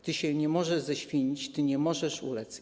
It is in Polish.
Ty się nie możesz ześwinić, ty nie możesz ulec'